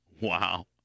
Wow